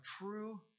true